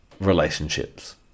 relationships